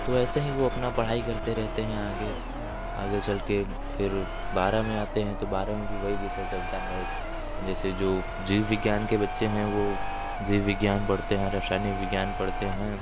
तो ऐसे ही वो अपना पढ़ाई करते रहते हैं आगे आगे चलके फिर बारह में आते हैं तो बारह में भी वही विषय चलता है जैसे जो जीव विज्ञान के बच्चे हैं वो जीव विज्ञान पढ़ते हैं रसायनिक विज्ञान पढ़ते हैं